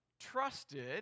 trusted